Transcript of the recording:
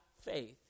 faith